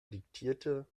diktierte